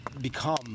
become